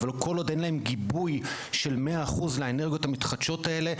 אבל כל עוד אין להם גיבוי של 100% לאנרגיות המתחדשות האלה,